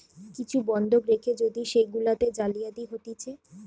কিছু বন্ধক রেখে যদি সেগুলাতে জালিয়াতি হতিছে